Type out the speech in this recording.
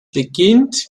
beginnt